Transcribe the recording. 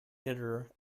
hitter